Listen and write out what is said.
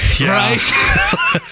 right